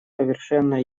совершенно